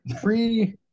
Free